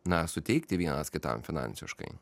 na suteikti vienas kitam finansiškai